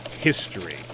history